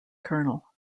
colonel